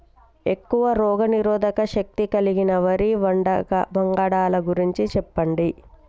ఎక్కువ రోగనిరోధక శక్తి కలిగిన వరి వంగడాల గురించి చెప్పండి?